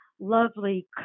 lovely